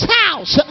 house